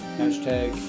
Hashtag